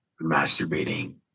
masturbating